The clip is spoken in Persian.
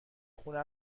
خونه